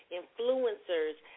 influencers